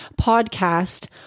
podcast